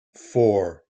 four